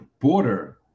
border